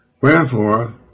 Wherefore